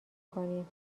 کنیم